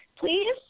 please